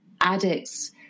addicts